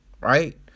Right